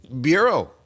bureau